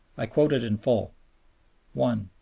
i quote it in full one.